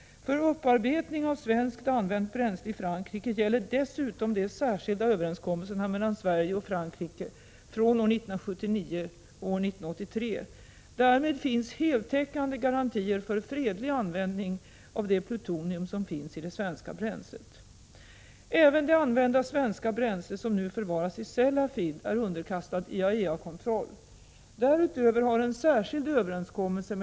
För upparbetning av svenskt använt bränsle i Frankrike gäller dessutom de särskilda överenskommelserna mellan Sverige och Frankrike från 1979 och 1983. Därmed finns heltäckande garantier för fredlig användning av det plutonium som finns i det svenska bränslet. Även det använda svenska bränsle som nu förvaras i Sellafield är underkastat IAEA-kontroll. Därutöver har en särskild överenskommelse = Prot.